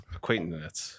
Acquaintance